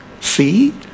See